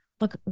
Look